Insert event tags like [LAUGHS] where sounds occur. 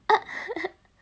[LAUGHS]